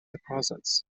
deposits